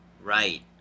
Right